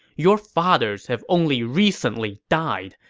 your fathers have only recently died,